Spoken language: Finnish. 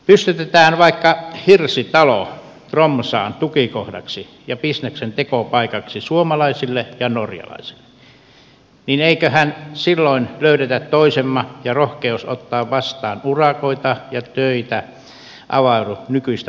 pystytetään vaikka hirsitalo tromssaan tukikohdaksi ja bisneksentekopaikaksi suomalaisille ja norjalaisille niin emmeköhän silloin löydä toisemme ja eiköhän rohkeus ottaa vastaan urakoita ja töitä avaudu nykyistä paremmin